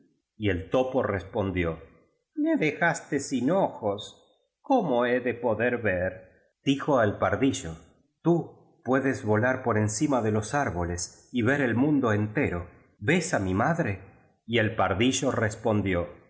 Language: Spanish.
y el topo respondió me dejaste sin ojos cómo he de poder ver dijo al pardillo tú puedes volar por encima de los árbo les y ver el mundo entero ves á mi madre y el pardillo respondió